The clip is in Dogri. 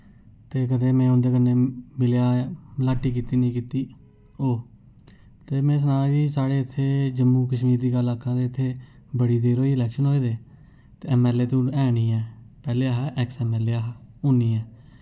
ते कदें में उंदे कन्नै मिलेआ मलाटी कीती नेईं कीती होऐ ते में सनां कि साढ़े इत्थै जम्मू कश्मीर दी गल्ल आखां ते इत्थै बड़ी देर होई दी इलैक्शन होए दे ते ऐम्मऐल्लए ते हून है निं ऐ पैह्लें है हा ऐक्स ऐम्मऐल्लए है हा हून निं ऐ